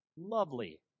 lovely